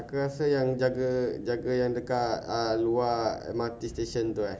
aku rasa yang jaga jaga yang dekat ah luar M_R_T station tu eh